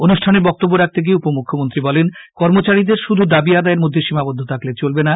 অনুষ্ঠানে বক্তব্য রাখতে গিয়ে উপমুখ্যমন্ত্রী বলেন কর্মচারীদের শুধু দাবি আদায়ের মধ্যে সীমাবদ্ধ থাকলে চলবে না